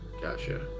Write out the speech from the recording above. Gotcha